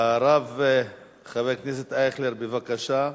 הרב חבר הכנסת ישראל אייכלר, בבקשה.